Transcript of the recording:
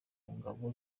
ngabo